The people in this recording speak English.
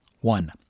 One